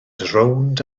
rownd